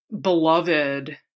beloved